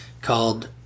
called